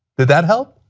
did that help?